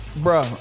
bro